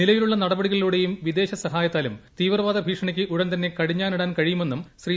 നിലവിലുള്ള നടപടികളിലൂടെയും വിദേശ സഹായത്താലും തീവ്രവാദ ഭീഷണിക്ക് ഉടൻ തന്നെ കടിഞ്ഞാണിടാൻ കഴിയുമെന്നും ശ്രീ